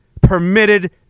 permitted